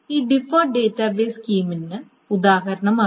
ഈ deferred database സ്കീമിന് ഉദാഹരണമാണ്